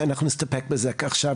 אנחנו נסתפק בזה עכשיו,